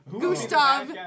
Gustav